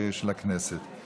של הכנסת.